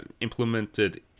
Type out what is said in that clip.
implemented